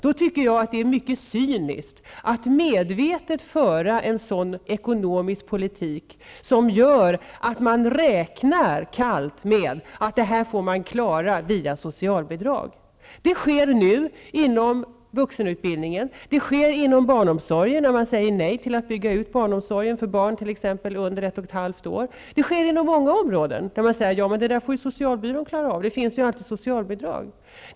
Därför är det mycket cyniskt att medvetet föra en ekonomisk politik som innebär att man kallt räknar med att effekterna skall dämpas via socialbidrag. Så sker nu inom vuxenutbildningen, inom barnomsorgen -- där man säger nej till att bygga ut barnomsorgen för barn under ett och ett halvt år -- och inom många andra områden, där man säger att socialbyrån får gå in, och att det ju alltid finns socialbidrag.